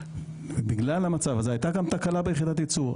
ובגלל המצב הזה הייתה גם תקלה ביחידת היצור,